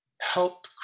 help